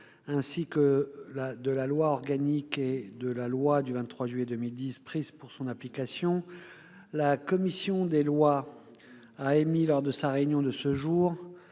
ainsi que de la loi organique n° 2010-837 et de la loi n° 2010-838 du 23 juillet 2010 prises pour son application, la commission des lois a émis, lors de sa réunion de ce jour,